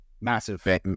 Massive